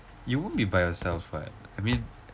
you won't be by yourself [what] I mean